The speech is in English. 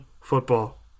Football